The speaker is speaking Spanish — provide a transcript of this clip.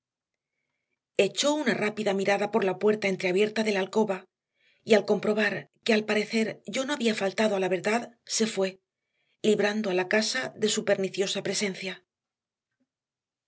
echó una rápida mirada por la puerta entreabierta de la alcoba y al comprobar que al parecer yo no había faltado a la verdad se fue librando a la casa de su perniciosa presencia